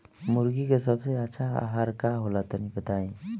मुर्गी के सबसे अच्छा आहार का होला तनी बताई?